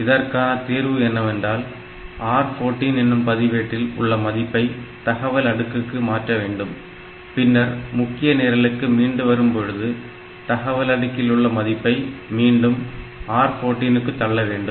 இதற்கான தீர்வு என்னவென்றால் R 14 எனும் பதிவேட்டில் உள்ள மதிப்பை தகவல் அடுக்கிற்கு மாற்ற வேண்டும் பின்னர் முக்கிய நிரலுக்கு மீண்டு வரும் பொழுது தகவல் அடுக்கில் உள்ள மதிப்பை மீண்டும் R 14 க்கு தள்ள வேண்டும்